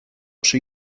przy